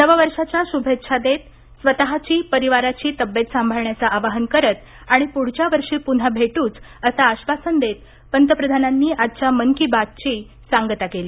नव वर्षाच्या शुभेच्छा देत स्वतःची परिवाराची तब्येत सांभाळण्याचं आवाहन करत आणि पुढच्या वर्षी पुन्हा भेटूच असं आश्वासन देत पंतप्रधानांनी आजच्या मन की बात ची सांगता केली